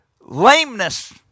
lameness